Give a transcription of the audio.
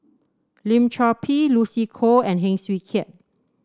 Lim Chor Pee Lucy Koh and Heng Swee Keat